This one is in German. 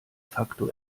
facto